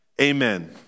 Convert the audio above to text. amen